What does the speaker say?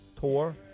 tour